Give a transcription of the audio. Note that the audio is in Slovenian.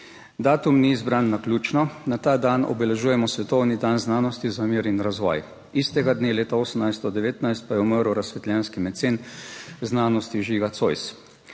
Datum ni izbran naključno. Na ta dan obeležujemo svetovni dan znanosti za mir in razvoj. Istega dne leta 1819 pa je umrl razsvetljenski mecen znanosti Žiga Zois.